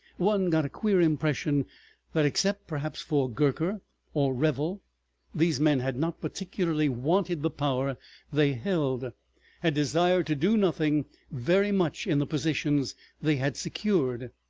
one got a queer impression that except perhaps for gurker or revel these men had not particularly wanted the power they held had desired to do nothing very much in the positions they had secured.